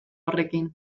horrekin